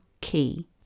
key